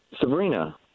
Sabrina